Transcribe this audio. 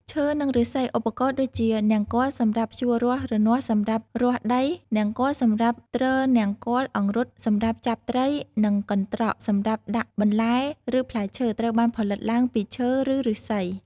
ឈើ និងឫស្សី ឧបករណ៍ដូចជា នង្គ័លសម្រាប់ ភ្ជួររាស់ រនាស់សម្រាប់ រាស់ដី នង្គ័ល សម្រាប់ទ្រនង្គ័ល អង្រុត សម្រាប់ចាប់ត្រី និង កន្ត្រក សម្រាប់ដាក់បន្លែឬផ្លែឈើ ត្រូវបានផលិតឡើងពីឈើ ឬឫស្សី។